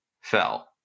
fell